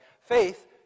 Faith